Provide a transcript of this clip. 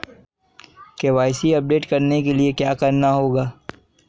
KYC update करने के लिए क्या करना होगा?